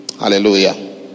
Hallelujah